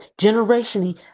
generationally